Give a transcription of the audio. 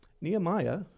Nehemiah